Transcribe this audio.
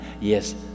yes